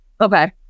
Okay